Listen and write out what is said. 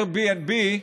Airbnb,